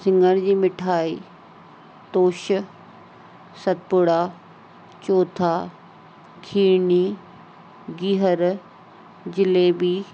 सिङर जी मिठाई तोश सतपूड़ा चोथा खीरनी गिहर जलेबी